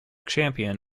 champion